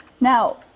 Now